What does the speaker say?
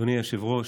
אדוני היושב-ראש,